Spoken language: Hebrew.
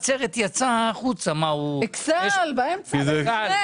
אכסאל נמצאת באמצע.